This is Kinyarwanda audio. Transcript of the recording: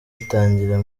ritangira